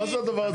מה זה הדבר הזה?